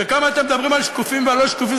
וכמה אתם מדברים על שקופים ועל לא שקופים,